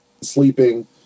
sleeping